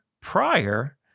prior